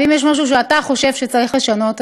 ואם יש משהו שאתה חושב שצריך לשנות,